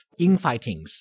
infightings